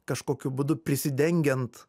kažkokiu būdu prisidengiant